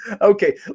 Okay